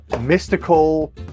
mystical